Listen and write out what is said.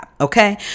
okay